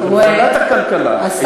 בוועדת הכלכלה יתחיל הדיון,